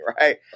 right